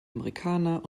amerikaner